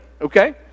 okay